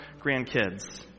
grandkids